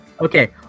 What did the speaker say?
Okay